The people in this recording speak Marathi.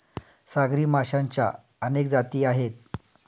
सागरी माशांच्या अनेक जाती आहेत